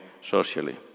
socially